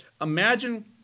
imagine